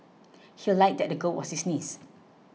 he lied that the girl was his niece